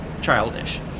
childish